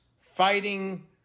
Fighting